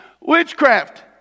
Witchcraft